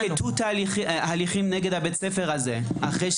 האם ננקטו הליכים כל שהם כלפי בית הספר הזה?